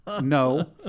no